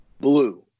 Blue